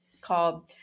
called